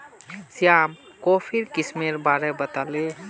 श्याम कॉफीर किस्मेर बारे बताले